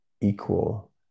equal